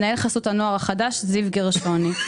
חסות הנוער החדש זיו גרשוני לגבי עמותת ענ"ב (עידוד נוער במצוקה).